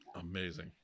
Amazing